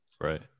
right